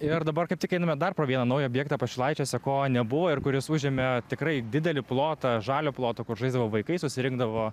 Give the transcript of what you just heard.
ir dabar kaip tik einame dar pro vieną naują objektą pašilaičiuose ko nebuvo ir kuris užėmė tikrai didelį plotą žalio ploto kur žaisdavo vaikai susirinkdavo